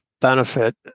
benefit